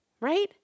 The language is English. right